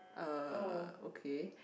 uh okay